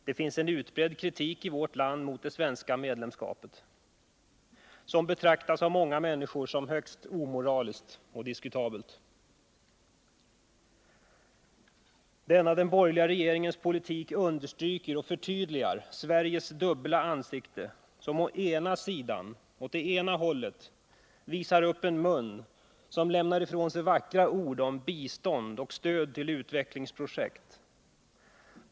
Det finns en utbredd kritik i vårt land mot det svenska medlemskapet, som av många människor betraktas som högst omoraliskt och diskutabelt. Den borgerliga regeringens politik understryker och förtydligar Sveriges dubbla ansikte som å ena sidan, åt det ena hållet, visar upp en mun som talar vackra ord om bistånd och stöd till utvecklingsprojekt.